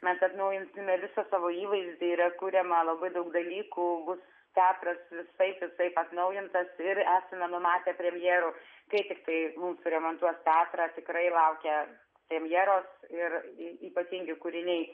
mes atnaujinsime visą savo įvaizdį yra kuriama labai daug dalykų bus teatras visaip visaip atnaujintas ir esame numatę premjerų kai tiktai mums suremontuos teatrą tikrai laukia premjeros ir ypatingi kūriniai